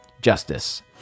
Justice